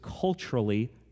culturally